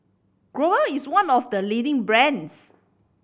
Growell is one of the leading brands